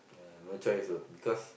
ya no choice ah because